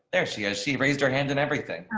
there she is. she raised her hand and everything.